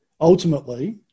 Ultimately